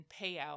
payout